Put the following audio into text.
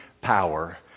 power